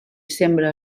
sembra